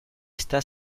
está